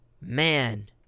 man